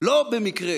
לא במקרה